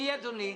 חודשיים.